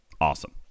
Awesome